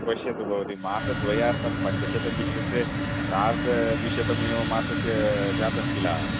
पश्यतु भवती मासद्वयार्थं पञ्चशतम् इत्युक्ते सार्धद्विशतमेव मासस्य जातं किल